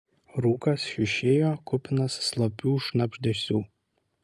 rūkas šiušėjo kupinas slopių šnabždesių